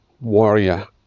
warrior